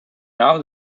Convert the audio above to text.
now